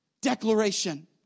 declaration